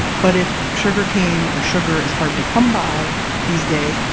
but if sugarcane or sugar is hard to come by these days,